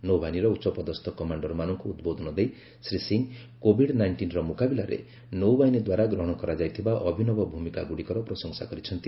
ନୌବାହିନୀର ଉଚ୍ଚପଦସ୍ତ କମାଣ୍ଡରମାନଙ୍କ ଉଦ୍ବୋଧନ ଦେଇ ଶ୍ରୀ ସିଂ କୋଭିଡ୍ ନାଇଷ୍ଟିନ୍ର ମୁକାବିଲାରେ ନୌବାହିନୀ ଦ୍ୱାରା ଗ୍ରହଣ କରାଯାଇଥିବା ଅଭିନବ ଭ୍ରମିକାଗୁଡ଼ିକର ପ୍ରଶଂସା କରିଛନ୍ତି